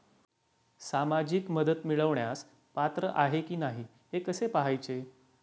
सामाजिक मदत मिळवण्यास पात्र आहे की नाही हे कसे पाहायचे?